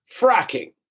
Fracking